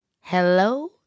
Hello